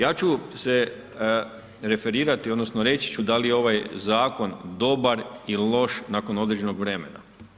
Ja ću se referirati odnosno reći ću da li je ovaj zakon dobar ili loš nakon određenog vremena.